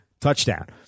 Touchdown